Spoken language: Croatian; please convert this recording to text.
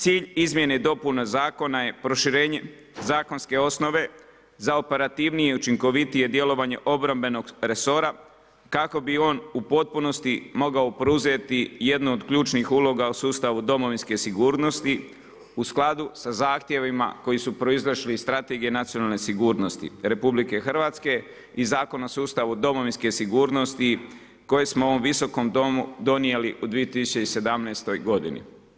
Cilj izmjene i dopuna je zakona je proširenje zakonske osnove za operativnije i učinkovitije djelovanje obrambenog resora kako bi on u potpunosti mogao preuzeti jednu od ključnih uloga u sustavu Domovinske sigurnosti u skladu sa zahtjevima koji su proizašli iz Strategije nacionalne sigurnosti RH i Zakona o sustavu Domovinske sigurnosti koje smo u ovom Visokom domu donijeli u 2017. godini.